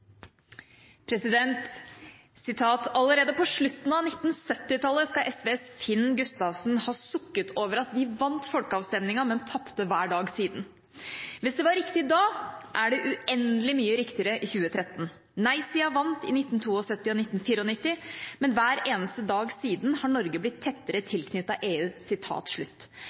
allerede på slutten av 1970-tallet skal SVs Finn Gustavsen ha sukket over at «vi vant folkeavstemningen, men tapte hver dag siden». Hvis det var riktig da, er det uendelig mye riktigere i 2013. Nei-siden vant i 1972 og 1994, men hver eneste dag siden er Norge blitt tettere tilknyttet EU.» Dette er et sitat